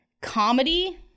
Comedy